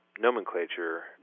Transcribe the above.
Nomenclature